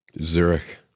Zurich